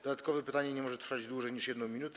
Dodatkowe pytanie nie może trwać dłużej niż 1 minutę.